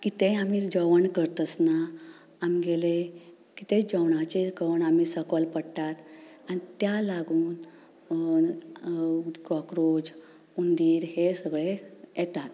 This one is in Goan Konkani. कितेंय आमी जेवण करतासतना आमगेले कितेंय जेवणाचे कण आमी सकयल पडटात आनी त्या लागून कॉक्रोच हुंदीर हे सगळे येतात